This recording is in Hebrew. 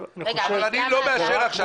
אבל אני לא מאשר עכשיו